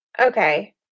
Okay